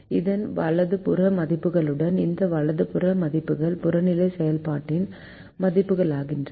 இதன் வலது புற மதிப்புகளுடன் இந்த வலது புற மதிப்புகள் புறநிலை செயல்பாட்டின் மதிப்புகளாகின்றன